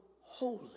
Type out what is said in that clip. holy